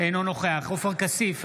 אינו נוכח עופר כסיף,